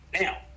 now